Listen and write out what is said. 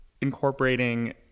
incorporating